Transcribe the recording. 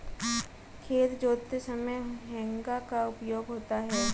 खेत जोतते समय हेंगा का उपयोग होता है